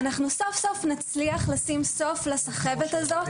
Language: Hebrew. אנחנו סוף סוף נצליח לשים סוף לסחבת הזאת